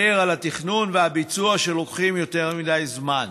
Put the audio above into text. על התכנון והביצוע שלוקחים יותר מדי זמן,